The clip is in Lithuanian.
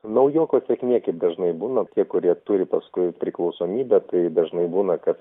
naujoko sėkmė kaip dažnai būna tie kurie turi paskui priklausomybę tai dažnai būna kad